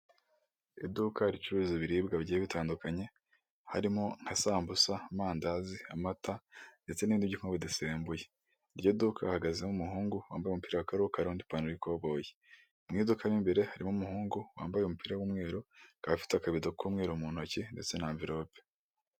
Iduka ricuruza ibiribwa bigiye bitandukanye harimo nka sambusa amandazi amata, ndetse n'ibindi byo kunywa bidasembuye, iryo duka hahagazemo umuhungu wambaye umupira wa karokaro n'ipantaro y'ikoboyi mu iduka ry'imbere harimo umuhungu wambaye umupira w'umweru, akaba afite akabedo k'umweru mu ntoki ndetse n'amvelope.